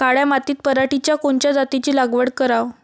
काळ्या मातीत पराटीच्या कोनच्या जातीची लागवड कराव?